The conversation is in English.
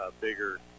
bigger